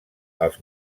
els